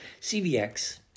CVX